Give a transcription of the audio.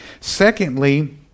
Secondly